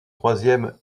troisième